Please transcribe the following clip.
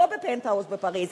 לא בפנטהאוז בפריס,